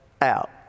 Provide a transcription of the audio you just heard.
out